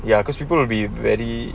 ya cause people will be very